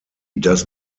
does